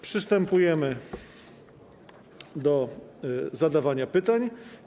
Przystępujemy do zadawania pytań.